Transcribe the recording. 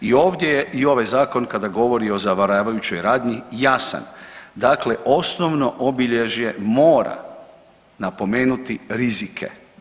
I ovdje je i ovaj zakon kada govori o zavaravajućoj radnji jasan, dakle osnovno obilježje mora napomenuti rizike.